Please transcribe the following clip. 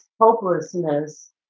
hopelessness